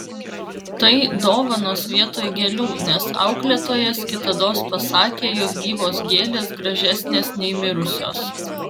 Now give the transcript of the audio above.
tai dovanos vietoj gėlių nes auklėtojas kitados pasakė jog gyvos gėlės gražesnės nei mirusios